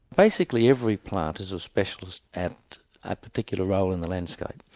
basically every plant is a specialist at a particular role in the landscape,